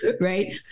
right